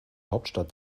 hauptstadt